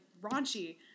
raunchy